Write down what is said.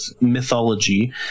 mythology